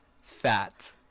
Fat